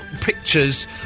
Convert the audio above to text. pictures